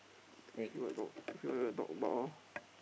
if you want to talk if you want to talk about orh